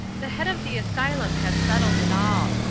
the head of the asylum has settled it all,